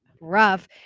rough